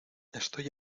estoy